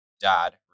dad